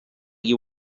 you